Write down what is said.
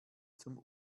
zum